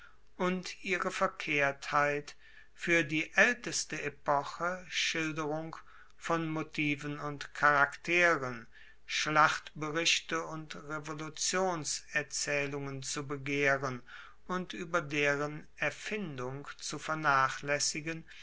und ihre verkehrtheit fuer die aelteste epoche schilderung von motiven und charakteren schlachtberichte und revolutionserzaehlungen zu begehren und ueber deren erfindung zu vernachlaessigen